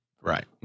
Right